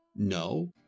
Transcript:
No